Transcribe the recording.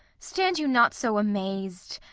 stand you not so amaz'd.